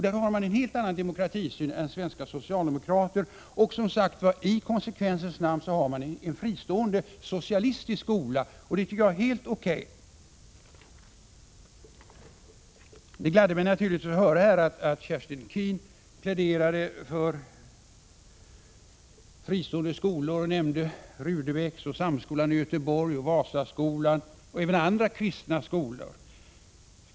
Där har man en helt annan demokratisyn än socialdemokraterna i Sverige, och i konsekvensens namn har man som sagt en fristående socialistisk skola. Det tycker jag är helt O.K. Det gladde mig naturligtvis att höra att Kerstin Keen pläderade för fristående skolor och nämnde Rudebecks, Samskolan i Göteborg, Vasaskolan och även andra kristna skolor.